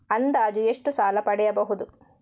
ಅಂದಾಜು ಎಷ್ಟು ಸಾಲ ಪಡೆಯಬಹುದು?